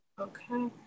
Okay